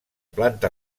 planta